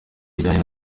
bijyanye